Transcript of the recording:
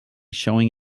showing